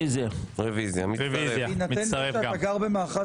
אני מזמין אותך לדיבייט לכל מקום שאתה